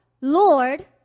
Lord